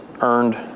earned